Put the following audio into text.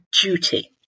duty